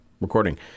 recording